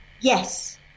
Yes